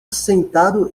sentado